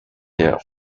their